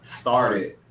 started